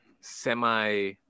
semi-